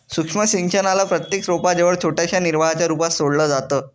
सूक्ष्म सिंचनाला प्रत्येक रोपा जवळ छोट्याशा निर्वाहाच्या रूपात सोडलं जातं